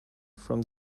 from